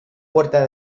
puerta